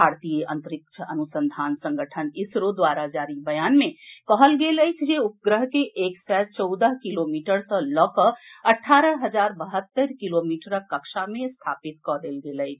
भारतीय अंतरिक्ष अनुसंधान संगठन इसरो द्वारा जारी बयान मे कहल गेल अछि जे उपग्रह के एक सय चौदह किलोमीटर सॅ लऽकऽ अठारह हजार बहत्तरि किलोमीटरक कक्षा मे स्थापित कऽ देल गेल अछि